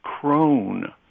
crone